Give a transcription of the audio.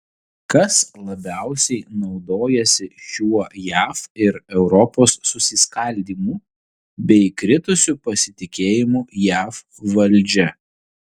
kas labiausiai naudojasi šiuo jav ir europos susiskaldymu bei kritusiu pasitikėjimu jav valdžia